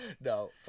No